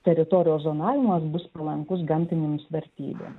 teritorijos zonavimas bus palankus gamtinėms vertybėm